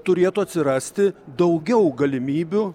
turėtų atsirasti daugiau galimybių